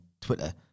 Twitter